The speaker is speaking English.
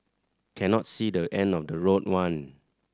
cannot see the end of the road one